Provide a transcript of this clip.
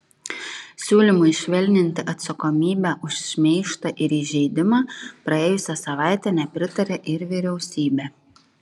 siūlymui švelninti atsakomybę už šmeižtą ir įžeidimą praėjusią savaitę nepritarė ir vyriausybė